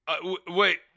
wait